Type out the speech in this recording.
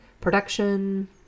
production